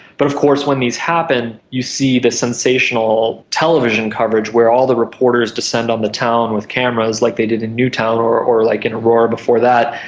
but of course when these happen you see the sensational television coverage where all the reporters descend on the town with cameras, like they did in newtown or or like in aurora before that,